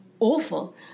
awful